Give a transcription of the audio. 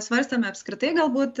svarstėme apskritai galbūt